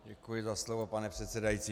Děkuji za slovo, pane předsedající.